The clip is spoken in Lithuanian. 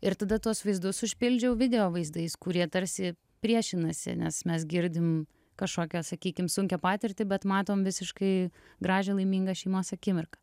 ir tada tuos vaizdus užpildžiau video vaizdais kurie tarsi priešinasi nes mes girdim kažkokią sakykim sunkią patirtį bet matom visiškai gražią laimingą šeimos akimirką